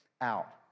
out